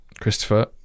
Christopher